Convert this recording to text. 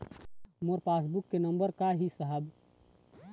मोर passbook के number का ही साहब?